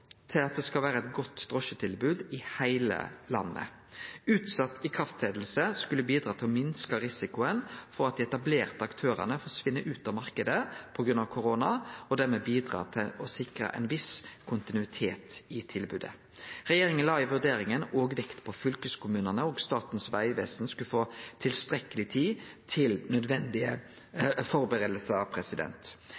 til at det skal vere eit godt drosjetilbod i heile landet. Utsett ikraftsetjing skulle bidra til å minske risikoen for at dei etablerte aktørane forsvinn ut av marknaden på grunn av korona, og dermed bidra til å sikre ein viss kontinuitet i tilbodet. Regjeringa la i vurderinga òg vekt på at fylkeskommunane og Statens vegvesen skulle få tilstrekkeleg tid til nødvendige